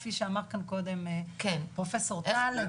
כפי שאמר כאן קודם פרופסור טל,